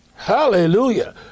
hallelujah